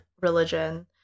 religion